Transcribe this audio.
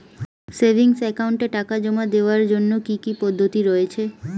Savings একাউন্টে টাকা জমা দেওয়ার জন্য কি কি পদ্ধতি রয়েছে?